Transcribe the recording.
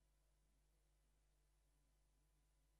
חברי הכנסת, היום